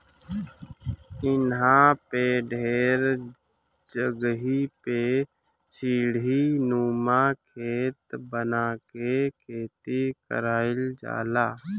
इहां पे ढेर जगही पे सीढ़ीनुमा खेत बना के खेती कईल जाला